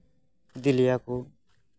ᱤᱫᱤ ᱞᱮᱭᱟ ᱠᱚ